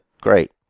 great